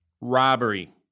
robbery